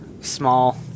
small